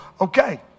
Okay